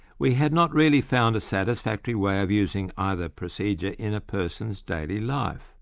we had not really found a satisfactory way of using either procedure in a person's daily life,